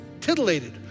Titillated